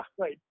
right